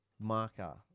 marker